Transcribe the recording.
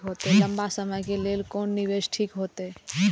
लंबा समय के लेल कोन निवेश ठीक होते?